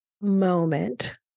moment